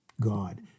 God